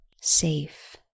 safe